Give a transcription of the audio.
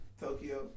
Tokyo